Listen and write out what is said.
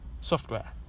software